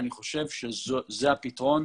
אני חושב שזה הפתרון,